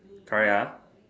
correct ah